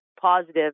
positive